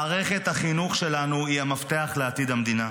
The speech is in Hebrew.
מערכת החינוך שלנו היא המפתח לעתיד המדינה.